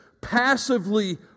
passively